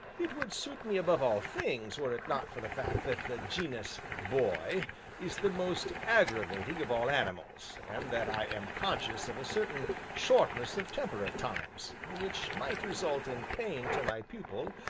it would suit me above all things were it not for the fact that the genus boy is the most aggravating of all animals, and that i am conscious of a certain shortness of temper at times, which might result in pain to my pupil,